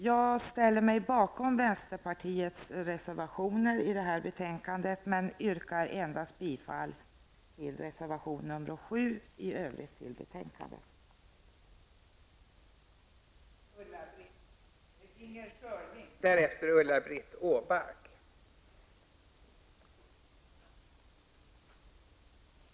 Jag ställer mig bakom vänsterpartiets reservationer i det här betänkandet, men yrkar endast bifall till reservation 7, i övrigt till utskottets hemställan.